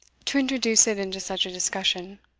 to introduce it into such a discussion.